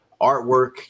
artwork